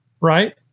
right